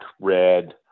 red